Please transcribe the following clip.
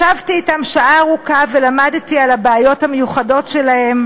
ישבתי אתם שעה ארוכה ולמדתי על הבעיות המיוחדות שלהם